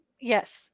Yes